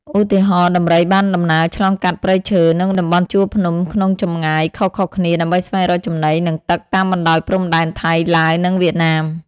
ឧទាហរណ៍ ដំរីបានដំណើរឆ្លងកាត់ព្រៃឈើ និងតំបន់ជួរភ្នំក្នុងចម្ងាយខុសៗគ្នា ដើម្បីស្វែងរកចំណី និងទឹក តាមបណ្ដោយព្រំដែនថៃ ឡាវ និងវៀតណាម។